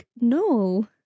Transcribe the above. no